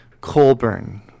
Colburn